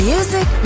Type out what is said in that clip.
Music